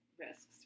risks